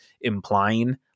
implying